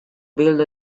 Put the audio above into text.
build